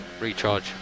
recharge